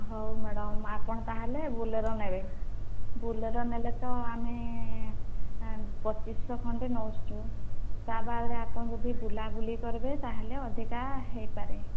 ହଉ ମ୍ୟାଡ଼ମ୍ ଆପଣ ତା'ହେଲେ ବୋଲେର ନେବେ ବୋଲେର ନେଲେ ତ ଆମେ ପଚିଶିଶହ ଖଣ୍ଡେ ନେଉଛୁ ତା' ବାଦ ଆପଣ ଯଦି ବୁଲାବୁଲି କର୍ବେ ତା'ହେଲେ ଅଧିକା ହେଇପାରେ